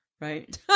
Right